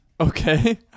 Okay